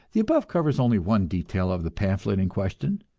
the above covers only one detail of the pamphlet in question.